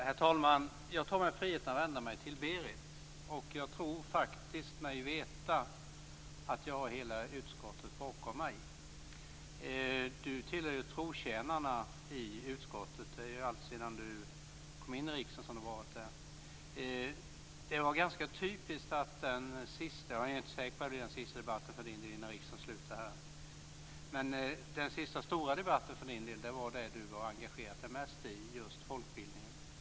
Herr talman! Jag tar mig friheten att vända mig till Berit Oscarsson. Jag tror mig veta att jag har hela utskottet bakom mig. Berit Oscarsson tillhör trotjänarna i utskottet. Hon har varit där alltsedan hon kom in i riksdagen. Det var ganska typiskt att den sista - fast jag är inte säker på att det är den sista - stora debatten för Berit Oscarssons del innan riksdagen slutar gällde det som hon har engagerat sig mest i, nämligen folkbildningen.